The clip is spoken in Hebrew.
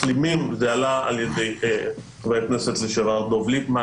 עלה על ידי חבר הכנסת לשעבר דב ליפמן